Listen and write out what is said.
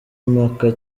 impaka